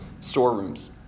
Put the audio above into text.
storerooms